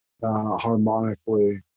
harmonically